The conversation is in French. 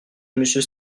monsieur